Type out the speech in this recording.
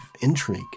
intrigue